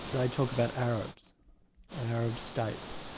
they talk about arabs and arab states,